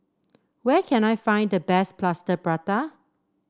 where can I find the best Plaster Prata